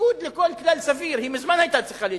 בניגוד לכל כלל סביר, מזמן היא היתה צריכה להתקבל,